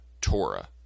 Torah